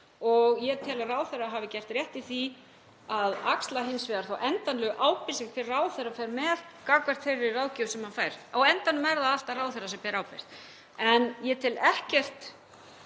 og ég tel að ráðherra hafi gert rétt í því að axla hins vegar þá endanlegu ábyrgð sem hver ráðherra fer með gagnvart þeirri ráðgjöf sem hann fær. Á endanum er það alltaf ráðherra sem ber ábyrgð. Ég tel ekkert